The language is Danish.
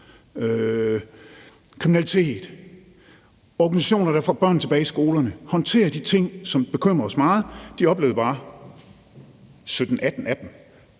kriminalitet. Organisationer, der får børn tilbage i skolerne, og som håndterer de ting, som bekymrer os meget, oplevede bare i 2018, at